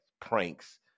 pranks